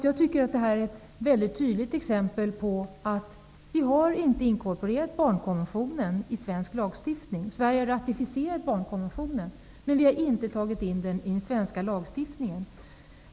Jag tycker att detta är ett väldigt tydligt exempel på att vi inte har inkorporerat barnkonventionen i svensk lagstiftning. Sverige har ratificerat barnkonventionen, men man har inte tagit in den i den svenska lagstiftningen.